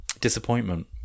Disappointment